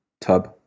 tub